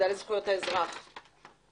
דבי, האם אדם חייב לשלם חוב שלו?